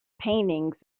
paintings